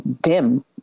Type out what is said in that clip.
dim